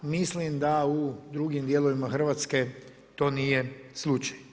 Mislim da u drugim dijelovima Hrvatske to nije slučaj.